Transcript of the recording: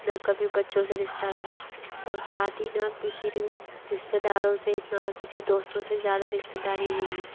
ना कभी बच्चों से रिश्ता रहा और साथ ही ना किसी रि रिश्तेदारदारों से ना किसी दोस्तों से ज़्यादा रिश्तेदारी हुई है